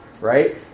right